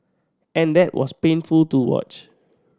and that was painful to watch